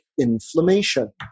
inflammation